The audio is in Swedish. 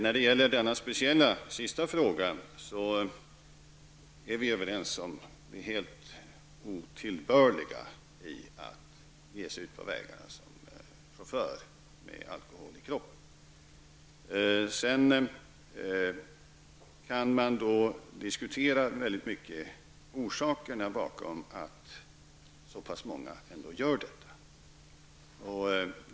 När det gäller påföjden vid rattfylleri är vi överens om det helt otillbörliga i att ge sig ut på vägarna som chaufför med alkohol i kroppen. Man kan sedan diskutera orsakerna till att så pass många ändå gör sig skyldiga till rattfylleri.